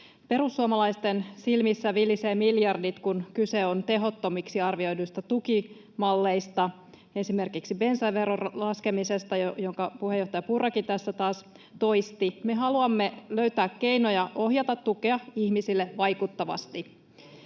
Perussuomalaisten silmissä vilisevät miljardit, kun kyse on tehottomiksi arvioiduista tukimalleista, esimerkiksi bensaveron laskemisesta, jonka puheenjohtaja Purrakin tässä taas toisti. [Riikka Purran välihuuto] Me haluamme löytää keinoja ohjata tukea ihmisille vaikuttavasti.